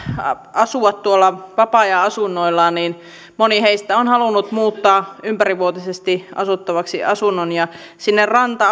asua vapaa ajan asunnoillaan niin moni heistä on halunnut muuttaa asunnon ympärivuotisesti asuttavaksi ja erityisesti ranta